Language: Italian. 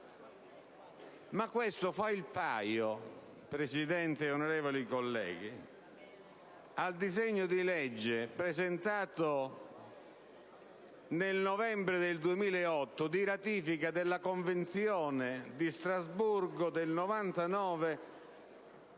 Ma questo fa il paio, signor Presidente e onorevoli colleghi, con il disegno di legge, presentato nel novembre 2008, di ratifica della Convenzione di Strasburgo del 1999